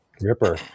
ripper